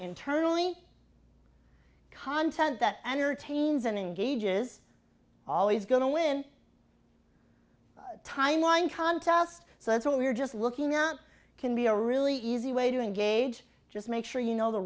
internally content that entertains and engage is always going to win timeline contest so that's what we're just looking out can be a really easy way to engage just make sure you know the